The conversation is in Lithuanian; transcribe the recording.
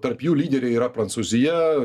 tarp jų lyderiai yra prancūzija